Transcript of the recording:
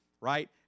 right